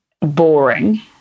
boring